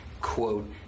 quote